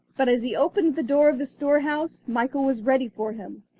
but as he opened the door of the storehouse, michael was ready for him,